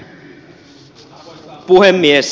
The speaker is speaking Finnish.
arvoisa puhemies